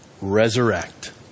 Resurrect